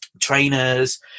trainers